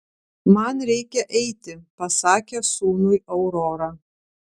man reikia eiti pasakė sūnui aurora